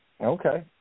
Okay